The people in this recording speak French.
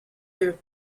deux